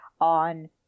on